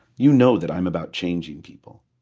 you know that i'm about changing people.